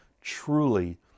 truly